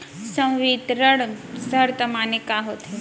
संवितरण शर्त माने का होथे?